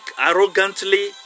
arrogantly